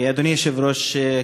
אדוני היושב-ראש,